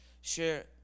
share